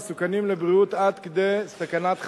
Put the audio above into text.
המסוכנים לבריאות עד כדי סכנת חיים.